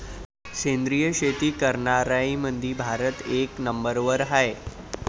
सेंद्रिय शेती करनाऱ्याईमंधी भारत एक नंबरवर हाय